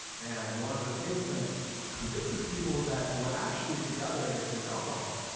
and one of the things that convinces people that we're actually together is alcohol.